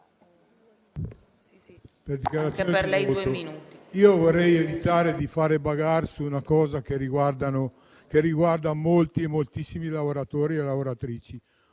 vorrei evitare di fare *bagarre* su una cosa che riguarda moltissimi lavoratori e lavoratrici.